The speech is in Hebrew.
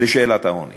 לשאלת העוני